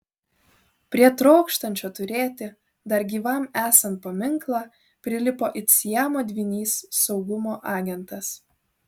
prie trokštančio turėti dar gyvam esant paminklą prilipo it siamo dvynys saugumo agentas